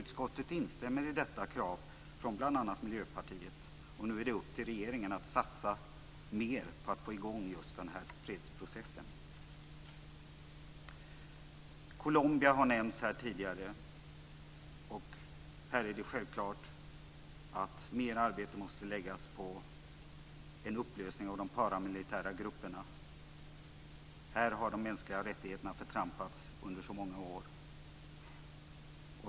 Utskottet instämmer i detta krav från bl.a. Miljöpartiet, och nu är det upp till regeringen att satsa mer på att få i gång just den här fredsprocessen. Colombia har nämnts tidigare. Här är det självklart att mer arbete måste läggas på en upplösning av de paramilitära grupperna. Här har de mänskliga rättigheterna förtrampats under många år.